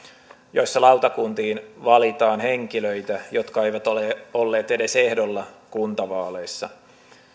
joissa lautakuntiin valitaan henkilöitä jotka eivät ole olleet edes ehdolla kuntavaaleissa